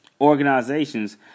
organizations